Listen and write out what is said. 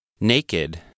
Naked